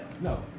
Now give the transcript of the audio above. No